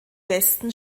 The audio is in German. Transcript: westen